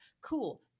cool